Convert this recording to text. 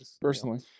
Personally